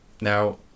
Now